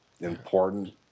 important